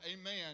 Amen